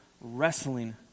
wrestling